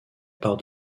part